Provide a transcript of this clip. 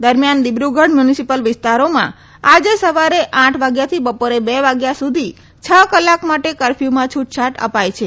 દરમિયાન દિબ્રુગઢ મ્યુનિસિપલ વિસ્તારોમાં આજે સવારે આઠ થી બપોરે બે વાગ્યા સુધી છ કલાક માટે કરફયુમાં છુટછાટ અપાઇ છે